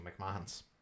McMahons